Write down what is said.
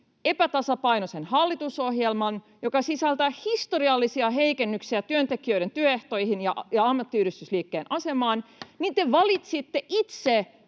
epätasapainoisen hallitusohjelman, joka sisältää historiallisia heikennyksiä työntekijöiden työehtoihin ja ammattiyhdistysliikkeen asemaan, [Puhemies